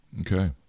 Okay